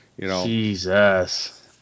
Jesus